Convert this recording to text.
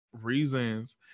reasons